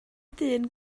dyn